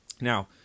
Now